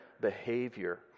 behavior